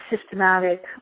systematic